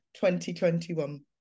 2021